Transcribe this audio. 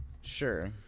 Sure